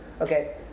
Okay